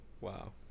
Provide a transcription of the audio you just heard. Wow